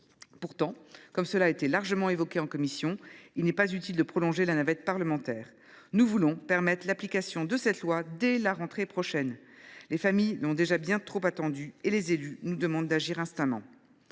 Pourtant, comme cela a été largement dit en commission, il n’est pas utile de prolonger la navette parlementaire : nous voulons permettre l’application de cette loi dès la rentrée prochaine. Les familles ont déjà bien trop attendu et les élus nous demandent d’agir instamment.